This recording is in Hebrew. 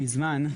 מזמן,